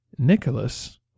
Nicholas